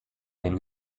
del